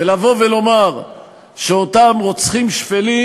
ולבוא ולומר שאותם רוצחים שפלים,